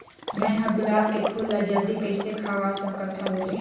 मैं ह गुलाब के फूल ला जल्दी कइसे खवाय सकथ हवे?